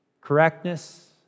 correctness